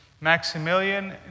Maximilian